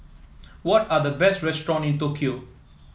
what are the best restaurants in Tokyo